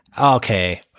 Okay